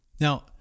Now